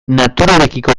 naturarekiko